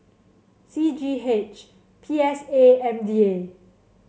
C G H P S A and M D A